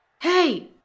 hey